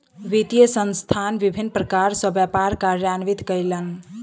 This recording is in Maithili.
वित्तीय संस्थान विभिन्न प्रकार सॅ व्यापार कार्यान्वित कयलक